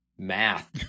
Math